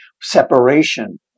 separation